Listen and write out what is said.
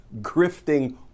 grifting